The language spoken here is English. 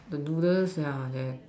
the noodles yeah there's